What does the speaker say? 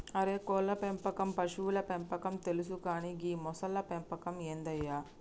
అరే కోళ్ళ పెంపకం పశువుల పెంపకం తెలుసు కానీ గీ మొసళ్ల పెంపకం ఏందయ్య